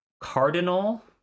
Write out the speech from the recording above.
Cardinal